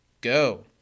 Go